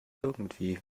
irgendwie